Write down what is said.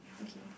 okay